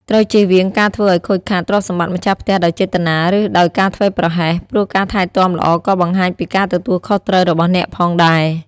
ត្រូវជៀសវាងការធ្វើឱ្យខូចខាតទ្រព្យសម្បត្តិម្ចាស់ផ្ទះដោយចេតនា ឬដោយការធ្វេសប្រហែស ព្រោះការថែទាំល្អក៏បង្ហាញពីការទទួលខុសត្រូវរបស់អ្នកផងដែរ។